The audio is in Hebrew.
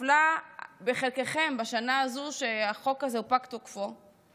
נפלה בחלקכם בשנה הזו, שהחוק הזה, שפג תוקפו,